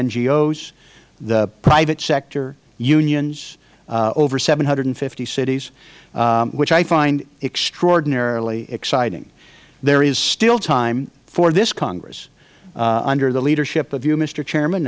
ngos the private sector unions over seven hundred and fifty cities which i find extraordinarily exciting there is still time for this congress under the leadership of you mister chairman